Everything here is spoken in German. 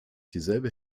dieselbe